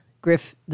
Griff